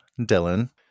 Dylan